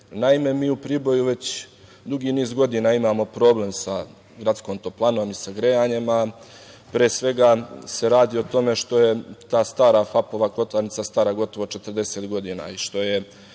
Srbiji. Naime, mi u Priboju već dugi niz godina imamo problem sa gradskom toplanom i sa grejanjem, a pre svega se radi o tome što je ta stara FAP kotlarnica stara gotovo 40 godina